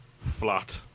flat